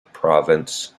province